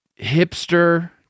hipster